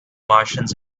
martians